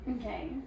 Okay